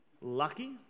lucky